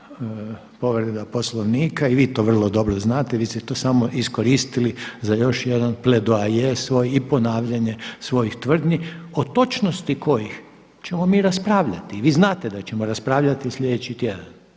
povreda Poslovnika i vi to vrlo dobro znate. Vi ste to samo iskoristili za još jedan pledoaje svojih i ponavljanje svojih tvrdnji o točnosti kojih ćemo mi raspravljati i vi znate da ćemo raspravljati sljedeći tjedan,